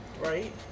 right